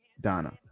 Donna